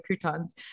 croutons